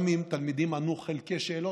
גם אם תלמידים ענו על חלקי שאלות,